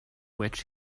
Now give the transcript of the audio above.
which